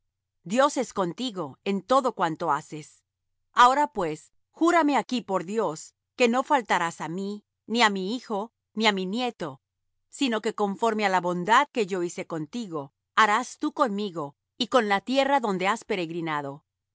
dios es contigo en todo cuanto haces ahora pues júrame aquí por dios que no faltarás á mí ni á mi hijo ni á mi nieto sino que conforme á la bondad que yo hice contigo harás tú conmigo y con la tierra donde has peregrinado